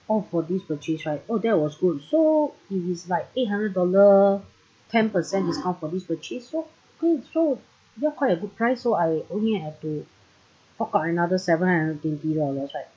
oh for this purchase right oh that was good so it is like eight hundred dollar ten percent discount for this purchase lor great so ya quite a good price so I only have to top up another seven hundred twenty dollars right